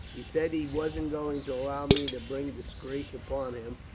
he said he wasn't going to allow me to bring disgrace upon him,